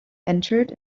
entered